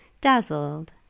dazzled